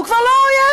הוא כבר לא האויב.